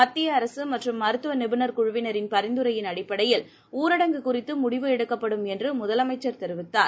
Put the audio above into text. மத்திய அரசு மற்றும் மருத்துவ நிவுணர் குழுவினரின் பரிந்துரையின் அடிப்படையில் ஊரங்கு குறித்து முடிவு எடுக்கப்படும் என்று முதலமைச்சர் தெரிவித்தார்